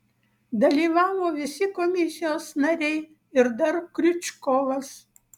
dalyvavo visi komisijos nariai ir dar kriučkovas